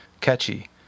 Catchy